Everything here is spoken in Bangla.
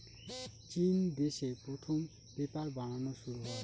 চিন দেশে প্রথম পেপার বানানো শুরু হয়